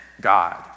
God